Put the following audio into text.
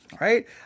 Right